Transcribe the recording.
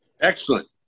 Excellent